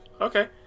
Okay